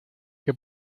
que